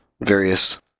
various